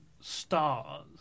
stars